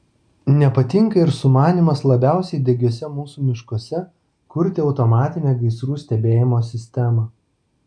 nepatinka ir sumanymas labiausiai degiuose mūsų miškuose kurti automatinę gaisrų stebėjimo sistemą